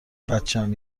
بچم